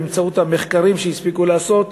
באמצעות המחקרים שהספיקו לעשות,